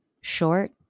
Short